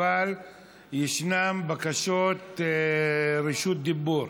אבל יש בקשות רשות דיבור.